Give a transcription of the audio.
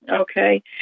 Okay